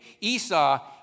Esau